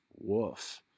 woof